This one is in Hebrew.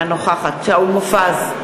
אינה נוכחת שאול מופז,